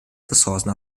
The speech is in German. ressourcen